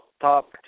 top